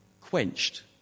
quenched